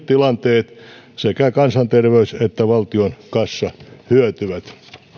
tilanteet sekä kansanterveys että valtion kassa hyötyvät